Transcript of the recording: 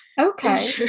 okay